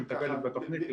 שמטפלת בתוכנית,